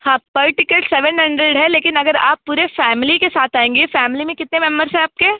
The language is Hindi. हाँ पर टिकट सेवन हंड्रेड है लेकिन अगर आप पूरी फ़ैमिली के साथ आएँगे फ़ैमिली में कितने मेंबर्स हैं आपके